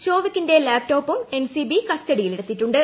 ഷോവികിൻറെ ലാപ്ടോപ്പും എൻസിബി ക്സ്റ്റഡിയിലെടുത്തിട്ടുണ്ട്